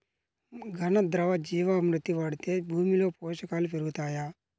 ఘన, ద్రవ జీవా మృతి వాడితే భూమిలో పోషకాలు పెరుగుతాయా?